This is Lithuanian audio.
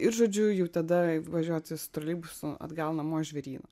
ir žodžiu jau tada važiuoti su troleibusu atgal namo į žvėryną